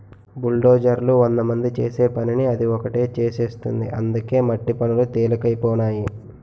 బుల్డోజర్లు వందమంది చేసే పనిని అది ఒకటే చేసేస్తుంది అందుకే మట్టి పనులు తెలికైపోనాయి